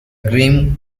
grim